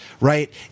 right